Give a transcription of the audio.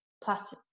plus